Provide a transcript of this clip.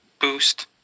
boost